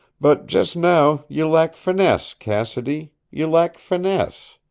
but just now you lack finesse, cassidy you lack finesse.